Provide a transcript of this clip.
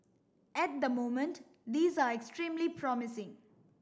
at the moment these are extremely promising